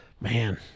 man